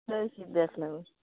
सब चीज देख लेबय